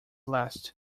last